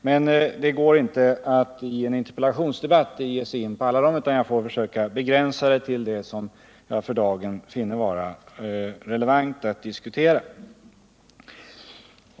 Men det går inte att i en interpellationsdebatt ge sig in på alla dem, utan jag får försöka begränsa debatten till det som jag för dagen finner vara relevant att diskutera.